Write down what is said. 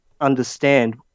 understand